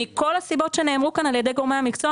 מכל הסיבות שנאמרו כאן על ידי גורמי המקצוע,